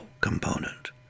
component